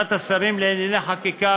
ועדת השרים לענייני חקיקה,